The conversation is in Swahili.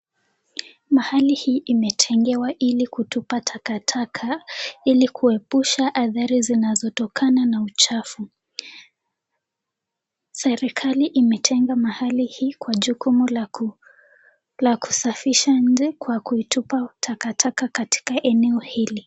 Mahali hili imetengewa hili kutupa takataka, ilikuepusha hadhari zinazo tokana na uchafu. Serekali imetenga mahali hii kwa jukumu lakusafisha nchi Kwa kutupa takataka katika eneo hili.